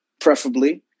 preferably